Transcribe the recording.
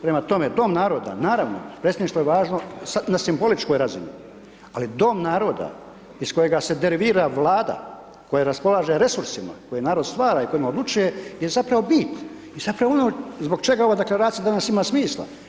Prema tome dom naroda, naravno, predsjedništvo je važno na simboličkoj razini, ali dom naroda iz kojega se derivira vlada koja raspolaže resursima koje narod stvara i koje odlučuje, je zapravo bit i zapravo ono zbog čega ova deklaracija danas ima smisla.